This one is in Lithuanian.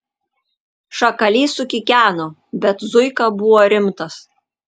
šakalys sukikeno bet zuika buvo rimtas